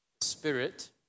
spirit